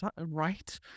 Right